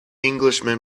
englishman